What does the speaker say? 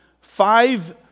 five